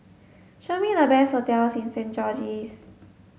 show me the best hotels in Saint George's